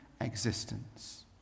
existence